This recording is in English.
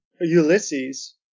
Ulysses